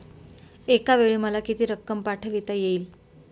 एकावेळी मला किती रक्कम पाठविता येईल?